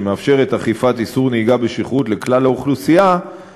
שמאפשרת אכיפת איסור נהיגה בשכרות על כלל האוכלוסייה,